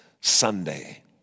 Sunday